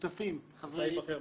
מתי יבחר מנכ"ל?